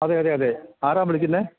അതെ അതെ അതെ ആരാ വിളിക്കുന്നേ